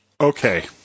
Okay